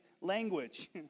language